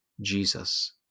Jesus